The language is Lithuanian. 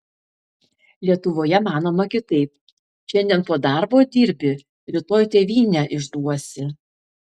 lietuvoje manoma kitaip šiandien po darbo dirbi rytoj tėvynę išduosi